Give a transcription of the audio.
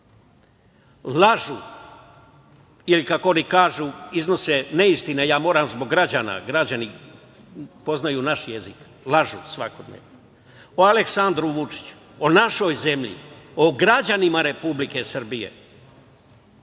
lažu ili, kako oni kažu, iznose neistine, a ja moram zbog građana, građani poznaju naš jezik, lažu svakodnevno o Aleksandru Vučiću, o našoj zemlji, o građanima Republike Srbije,